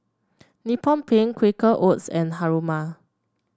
Nippon Paint Quaker Oats and Haruma